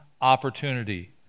opportunity